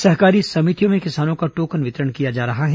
सहकारी समितियों में किसानों को टोकन वितरण किया जा रहा है